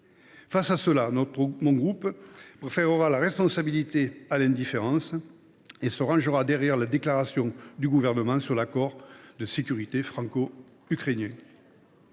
À cet effet, notre groupe préférera la responsabilité à l’indifférence et se rangera derrière la déclaration du Gouvernement sur cet accord de sécurité franco ukrainien.